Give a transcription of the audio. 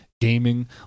gaming